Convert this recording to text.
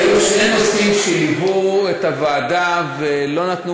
היו שני נושאים שליוו את הוועדה ולא נתנו